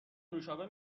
نوشابه